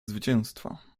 zwycięstwa